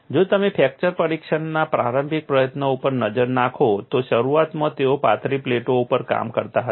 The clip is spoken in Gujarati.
જો તમે ફ્રેક્ચર પરીક્ષણના પ્રારંભિક પ્રયત્નો ઉપર નજર નાખો તો શરૂઆતમાં તેઓ પાતળી પ્લેટો ઉપર કામ કરતા હતા